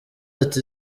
ati